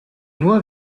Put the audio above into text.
nur